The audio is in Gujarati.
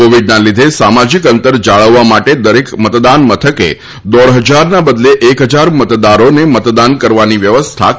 કોવિડના લીધે સામાજિક અંતર જાળવવા માટે દરેક મતદાન મથકે દોઢ હજારના બદલે એક હજાર મતદારોને મતદાન કરવાની વ્યવસ્થા કરાઈ છે